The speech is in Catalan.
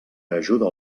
ajuda